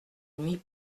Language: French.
nuit